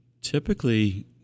Typically